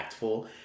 impactful